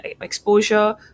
exposure